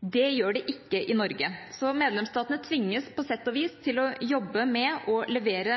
Det gjør de ikke i Norge. Medlemsstatene tvinges på sett og vis til å jobbe med å levere